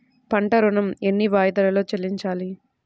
పంట ఋణం ఎన్ని వాయిదాలలో చెల్లించాలి?